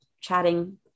chatting